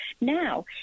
now